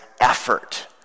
effort